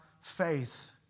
faith